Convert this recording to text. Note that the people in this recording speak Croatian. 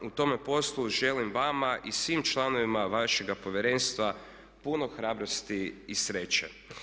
U tome poslu želim vama i svim članovima vašega Povjerenstva puno hrabrosti i sreće.